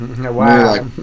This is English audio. Wow